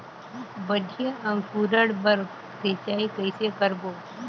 बढ़िया अंकुरण बर सिंचाई कइसे करबो?